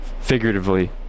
figuratively